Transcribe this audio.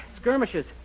Skirmishes